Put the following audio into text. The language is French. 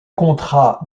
contrat